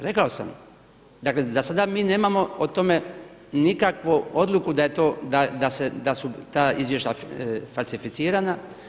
Rekao sam, dakle da sada mi nemamo o tome nikakvu odluku da je to, da su ta izvješća falsificirana.